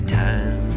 time